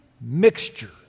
Mixture